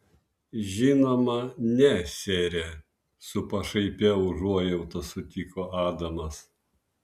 žinoma ne sere su pašaipia užuojauta sutiko adamas